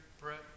Brett